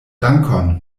dankon